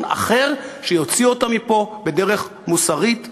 אחר שיוציא אותם מפה בדרך מוסרית ואנושית.